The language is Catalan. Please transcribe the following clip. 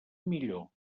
millor